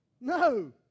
No